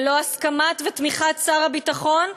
ללא הסכמה ותמיכה של שר הביטחון,